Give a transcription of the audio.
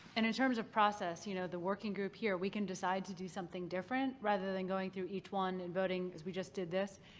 and in terms of process, you know the working group here we can decide to do something different rather than going through each one and voting, as we just did this.